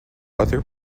other